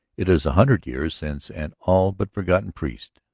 it is a hundred years since an all-but-forgotten priest,